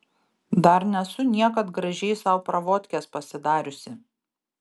dar nesu niekad gražiai sau pravodkės pasidariusi